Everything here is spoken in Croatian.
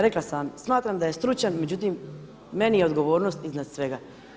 Rekla sam vam, smatram da je stručan, međutim, meni je odgovornost iznad svega.